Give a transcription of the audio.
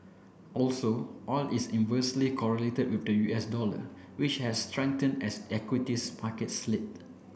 also oil is inversely correlated with the U S dollar which has strengthened as equities markets slid